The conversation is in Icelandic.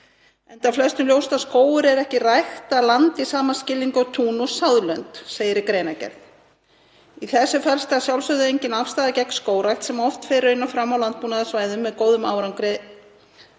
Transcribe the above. enda er flestum ljóst að skógur er ekki ræktað land í sama skilningi og tún og sáðlönd, segir í greinargerð. Í þessu felst að sjálfsögðu engin afstaða gegn skógrækt sem fer raunar oft fram á landbúnaðarsvæðum með góðum árangri,